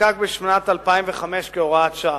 נחקק בשנת 2005 כהוראת שעה.